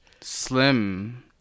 Slim